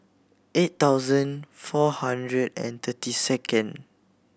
eight thousand four hundred and thirty second